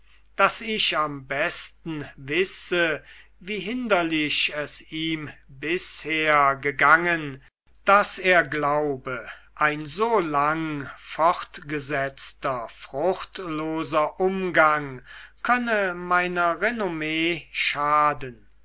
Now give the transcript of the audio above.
daß ich am besten wisse wie hinderlich es ihm bisher gegangen daß er glaube ein so lang fortgesetzter fruchtloser umgang könne meiner renomme schaden